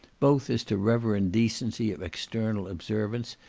both as to reverend decency of external observance,